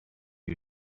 you